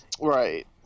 Right